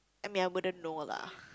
I mean I wouldn't know lah